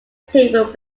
table